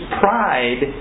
pride